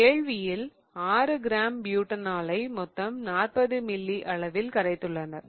கேள்வியில் 6 கிராம் பியூடனோலை மொத்தம் 40 மில்லி அளவில் கரைத்துள்ளனர்